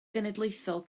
genedlaethol